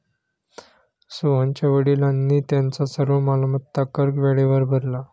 सोहनच्या वडिलांनी त्यांचा सर्व मालमत्ता कर वेळेवर भरला